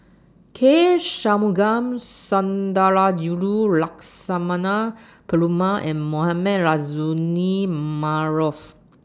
K Shanmugam Sundarajulu Lakshmana Perumal and Mohamed Rozani Maarof